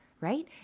right